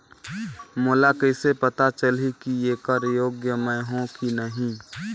मोला कइसे पता चलही की येकर योग्य मैं हों की नहीं?